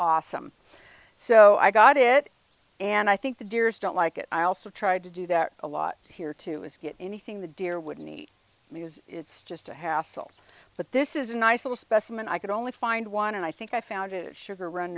awesome so i got it and i think the dears don't like it i also tried to do that a lot here too is get anything the deer would need because it's just a hassle but this is a nice little specimen i could only find one and i think i found sugar run